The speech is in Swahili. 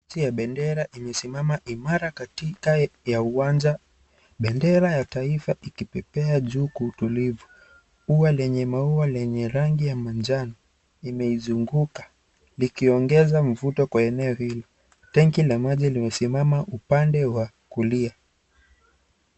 Linzi ya benderi imesimama imara katika ya uwanja bendera ya taifa ikipepea juu kwa utulivu ua lenye maua lenye rangi ya manjano imeizunguka likiongeza mvuto kwa eneo hilo tanki la maji limesimama upande wa kulia.